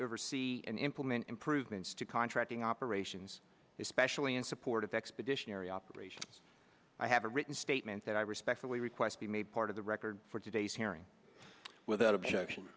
oversee and implement improvements to contracting operations especially in support of the expeditionary operation i have a written statement that i respectfully request be made part of the record for today's hearing without objection